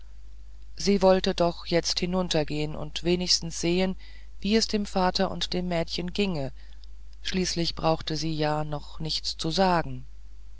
sie wollte doch jetzt hinunter und wenigstens sehen wie es dem vater und dem mädchen ginge schließlich brauchte sie ja noch nichts zu sagen